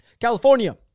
California